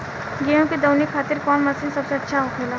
गेहु के दऊनी खातिर कौन मशीन सबसे अच्छा होखेला?